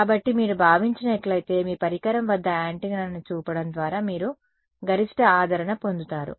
కాబట్టి మీరు భావించినట్లయితే మీ పరికరం వద్ద యాంటెన్నాను చూపడం ద్వారా మీరు గరిష్ట ఆదరణ పొందుతారు